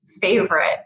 favorite